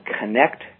connect